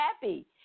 happy